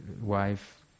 wife